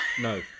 No